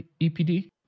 EPD